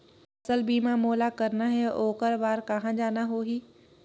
फसल बीमा मोला करना हे ओकर बार कहा जाना होही?